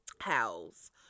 house